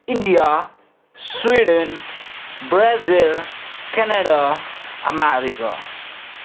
India Sweden Brazil Canada America